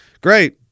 Great